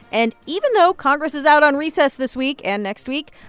and even though congress is out on recess this week and next week,